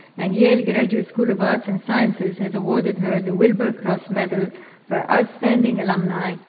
and yale graduate school of arts and sciences has awarded her the wilbur cross medal for outstanding alumni,